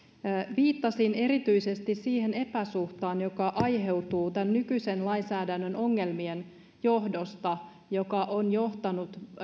viittasin erityisesti siihen epäsuhtaan joka aiheutuu tämän nykyisen lainsäädännön ongelmien johdosta ja joka on johtanut